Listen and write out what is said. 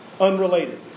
unrelated